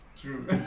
true